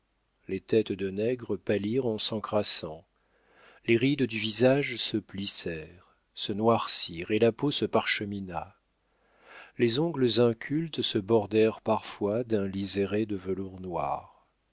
les têtes de nègre pâlirent en s'encrassant les rides du visage se plissèrent se noircirent et la peau se parchemina les ongles incultes se bordèrent parfois d'un liséré de velours noir